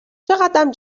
چقدم